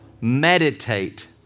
meditate